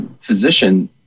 physician